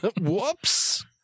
Whoops